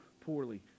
poorly